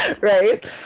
right